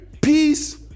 Peace